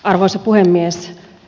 arvoisa puhemies